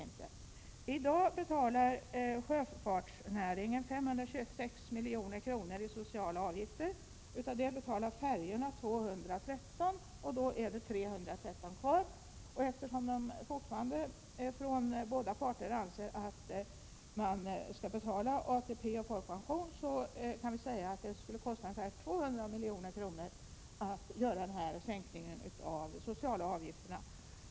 I dag betalar sjöfartsnäringen 526 milj.kr. i sociala avgifter, av det betalar färjerederierna 213 milj.kr. och då är det 313 milj.kr. kvar. Eftersom båda parterna fortfarande anser att man skall betala ATP och folkpension kan man säga att det skulle kosta ca 200 milj.kr. att sänka de sociala avgifterna.